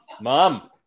mom